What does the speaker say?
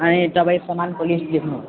अनि तपाईँ समानको लिस्ट लेख्नू